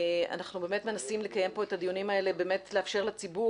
אנחנו מנסים לקיים את הדיונים האלה לאפשר לציבור